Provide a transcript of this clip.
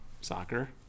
Soccer